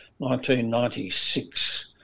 1996